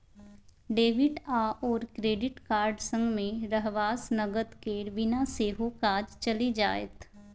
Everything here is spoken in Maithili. डेबिट आओर क्रेडिट कार्ड संगमे रहबासँ नगद केर बिना सेहो काज चलि जाएत